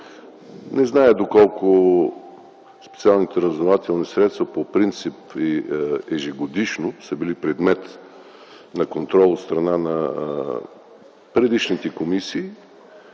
Не зная доколко специалните разузнавателни средства по принцип и ежегодно са били предмет на контрол от страна на предишните комисии,